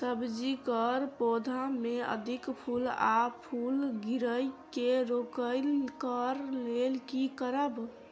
सब्जी कऽ पौधा मे अधिक फूल आ फूल गिरय केँ रोकय कऽ लेल की करब?